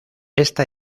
esta